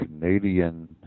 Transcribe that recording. Canadian